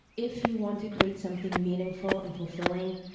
if you want to create something meaningful and fulfilling,